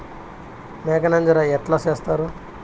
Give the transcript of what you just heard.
మేక నంజర ఎట్లా సేస్తారు?